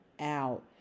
out